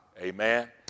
amen